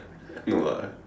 no ah